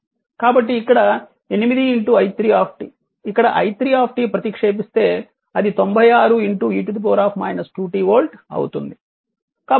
కాబట్టి ఇక్కడ 8 i3 ఇక్కడ i3 ప్రతిక్షేపిస్తే అది 96 e 2 t వోల్ట్ అవుతుంది